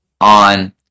on